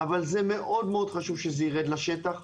אבל מאוד מאוד חשוב שזה יירד לשטח,